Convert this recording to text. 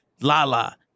Lala